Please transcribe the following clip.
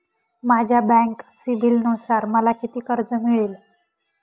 माझ्या बँक सिबिलनुसार मला किती कर्ज मिळेल?